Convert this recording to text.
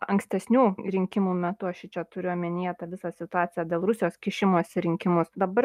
ankstesnių rinkimų metu aš šičia turiu omenyje tą visą situaciją dėl rusijos kišimosi į rinkimus dabar